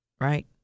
right